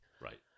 Right